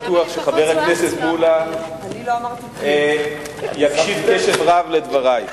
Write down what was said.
אני בטוח שחבר הכנסת מולה יקשיב קשב רב לדברי.